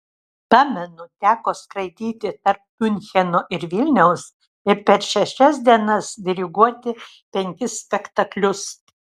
pamenu teko skraidyti tarp miuncheno ir vilniaus ir per šešias dienas diriguoti penkis spektaklius